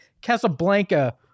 casablanca